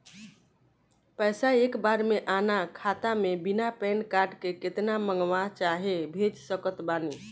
पैसा एक बार मे आना खाता मे बिना पैन कार्ड के केतना मँगवा चाहे भेज सकत बानी?